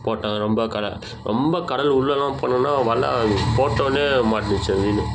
போட்டாங்க ரொம்ப கடல் ரொம்ப கடல் உள்ளெலாம் போனோன்னால் வலை போட்டவொடன்னே மாட்டினுச்சு அது மீன்